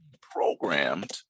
programmed